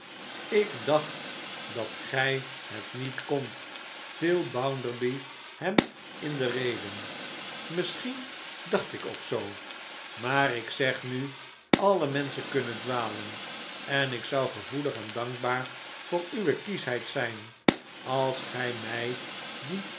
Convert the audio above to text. ik dacht dat gij het niet kon dt viel bounderby hem in de rede misschien dacht ik ook zoo maar ik zeg nu alle menschen kunnen dwalen en ik zou gevoelig en dankbaar voor uwe kieschheid zijn als gij mij die